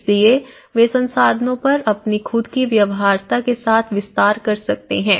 इसलिए वे संसाधनों पर अपनी खुद की व्यवहार्यता के साथ विस्तार कर सकते हैं